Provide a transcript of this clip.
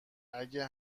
اگه